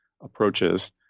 approaches